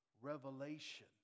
Revelation